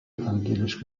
evangelisch